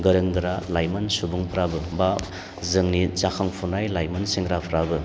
गोरों गोरा लाइमोन सुबुंफ्राबो बा जोंनि जाखांफुनाय लाइमोन सेंग्राफ्राबो